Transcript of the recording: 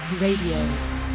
Radio